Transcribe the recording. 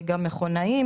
גם מכונאים.